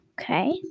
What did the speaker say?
Okay